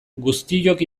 guztiok